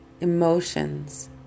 emotions